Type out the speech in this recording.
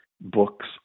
books